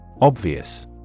Obvious